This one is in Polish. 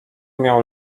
miał